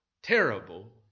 Terrible